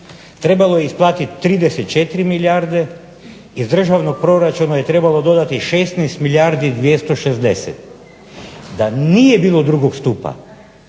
Trebalo je isplatiti 34 milijarde. Iz državnog proračuna je trebalo dodati 16 milijardi 260. Da nije bilo drugog stupa,